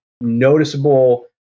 noticeable